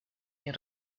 nie